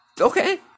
Okay